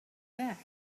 back